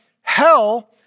hell